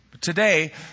Today